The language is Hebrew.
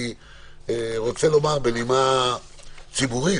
אני רוצה לומר בנימה ציבורית,